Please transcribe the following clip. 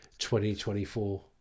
2024